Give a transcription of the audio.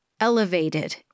elevated